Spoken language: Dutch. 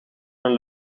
een